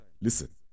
listen